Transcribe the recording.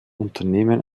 unternehmen